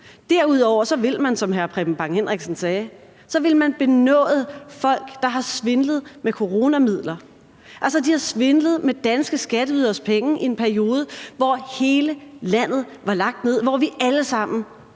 Derudover vil man, som hr. Preben Bang Henriksen sagde, benåde folk, der har svindlet med coronamidler. Altså, de har svindlet med danske skatteyderes penge i en periode, hvor hele landet var lagt ned; hvor vi alle sammen